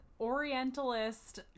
orientalist